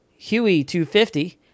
Huey250